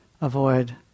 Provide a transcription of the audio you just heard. avoid